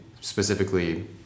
specifically